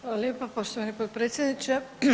Hvala lijepa, poštovani potpredsjedniče.